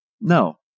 No